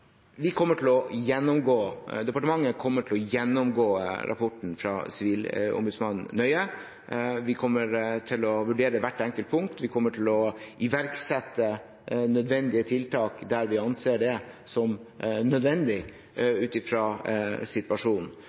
Departementet kommer til å gjennomgå rapporten fra Sivilombudsmannen nøye. Vi kommer til å vurdere hvert enkelt punkt. Vi kommer til å iverksette nødvendige tiltak der vi anser det som nødvendig ut fra situasjonen.